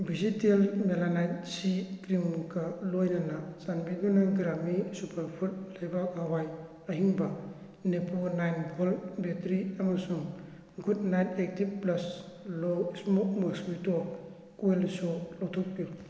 ꯕꯤꯖꯤꯇꯦꯜ ꯃꯦꯂꯥꯅꯥꯏꯠ ꯁꯤ ꯀ꯭ꯔꯤꯝꯒ ꯂꯣꯏꯅꯅ ꯆꯥꯟꯕꯤꯗꯨꯅ ꯒ꯭ꯔꯥꯝꯃꯤ ꯁꯨꯄꯔ ꯐꯨꯗ ꯂꯩꯕꯥꯛ ꯍꯋꯥꯏ ꯑꯍꯤꯡꯕ ꯅꯤꯞꯄꯣ ꯅꯥꯏꯟ ꯚꯣꯜ ꯕꯦꯇ꯭ꯔꯤ ꯑꯃꯁꯨꯡ ꯒꯨꯗ ꯅꯥꯏꯠ ꯑꯦꯛꯇꯤꯞ ꯄ꯭ꯂꯁ ꯂꯣ ꯏꯁꯃꯣꯊ ꯃꯣꯁꯀ꯭ꯋꯤꯇꯣ ꯀꯣꯏꯜꯁꯨ ꯂꯧꯊꯣꯛꯄꯤꯌꯨ